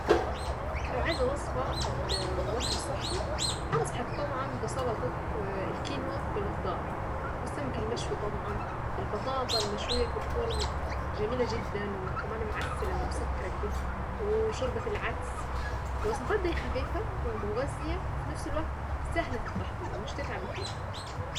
لو عايزة وصفة لوكل صحي هنصحك طبعا بسلطة الكينوا بالخضار. والسمك المشوي طبعا البطاطا المشوية في الفرن جميلة جدا وكمان معسلة ومسكرة كده. شوربة العدس. الوصفات دي خفيفة ومغزية وفي نفس الوقت سهلة التحضير مش هتتعبي فيها.